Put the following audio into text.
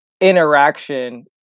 interaction